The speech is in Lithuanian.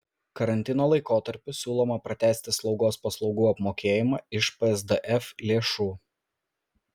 karantino laikotarpiui siūloma pratęsti slaugos paslaugų apmokėjimą iš psdf lėšų